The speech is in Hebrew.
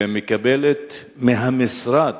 מקבלת מהמשרד תקציב,